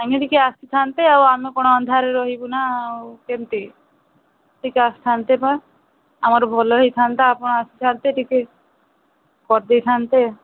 ଏମିତି କିଏ ଆସିଥାନ୍ତେ ଆଉ ଆମେ କ'ଣ ଅନ୍ଧାରରେ ରହିବୁ ନା ଆଉ କେମିତି ଟିକେ ଆସିଥାନ୍ତେ ପା ଆମର ଭଲ ହୋଇଥାନ୍ତା ଆପଣ ଆସିଥାନ୍ତେ ଟିକେ କରିଦେଇଥାଆନ୍ତେ